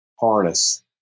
harness